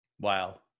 Wow